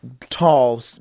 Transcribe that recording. tall